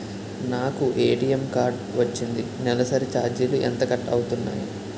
నాకు ATM card వచ్చింది నెలసరి ఛార్జీలు ఎంత కట్ అవ్తున్నాయి?